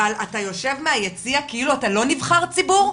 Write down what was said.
אבל אתה יושב מהיציע כאילו אתה לא נבחר ציבור,